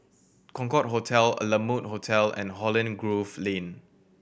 Concorde Hotel La Mode Hotel and Holland Grove Lane